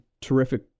terrific